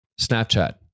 Snapchat